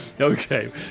Okay